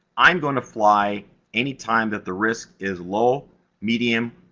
i'm going to fly anytime that the risk is low medium,